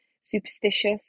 superstitious